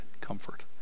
comfort